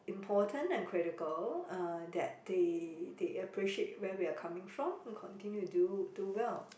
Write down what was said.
important and critical uh that they they appreciate where we are coming from and continue do do well